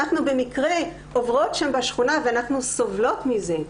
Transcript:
אנחנו במקרה עוברות שם בשכונה ואנחנו סבלות מזה.